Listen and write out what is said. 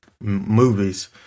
movies